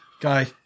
guy